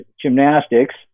gymnastics